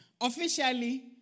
officially